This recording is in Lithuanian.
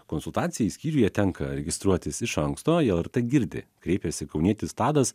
konsultacijai skyriuje tenka registruotis iš anksto į lrt girdi kreipėsi kaunietis tadas